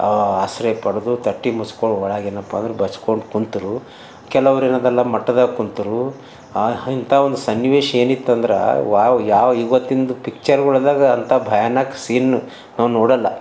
ಆಸರೆ ಪಡೆದು ತಟ್ಟಿ ಮುಸ್ಕೊಂಡು ಒಳಗೆ ಏನಪ್ಪ ಅಂದ್ರೆ ಬರ್ಸ್ಕೊಂಡು ಕುಂತರು ಕೆಲವ್ರು ಏನದಲಾ ಮಠದಾಗ ಕುಂತರು ಆ ಇಂಥಾ ಒಂದು ಸನ್ನಿವೇಶ ಏನಿತ್ತು ಅಂದ್ರ ವಾವ್ ಯಾವ ಇವತ್ತಿಂದು ಪಿಚ್ಚರ್ಗಳ್ದಾಗ ಅಂಥಾ ಭಯಾನಕ ಸೀನ್ ನಾವು ನೋಡಲ್ಲಾ